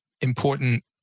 important